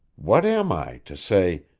what am i, to say,